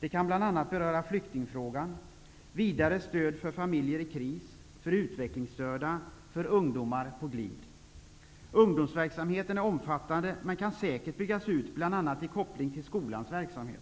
Det kan bl.a. beröra flyktingfrågan, vidare stöd för familjer i kris, för utvecklingsstörda, för ungdomar på glid. Ungdomsverksamheten är omfattande, men kan säkert byggas ut, bl.a. i koppling till skolans verksamhet.